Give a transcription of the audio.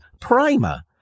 Primer